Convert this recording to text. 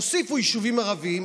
הוסיפו יישובים ערביים,